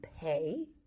pay